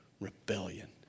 rebellion